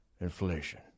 inflation